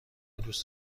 دوست